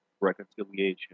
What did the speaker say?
reconciliation